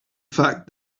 fact